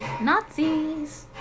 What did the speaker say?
Nazis